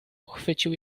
pochwycił